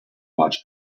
watch